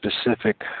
specific